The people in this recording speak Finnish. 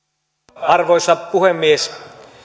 arvoisa puhemies